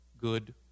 Good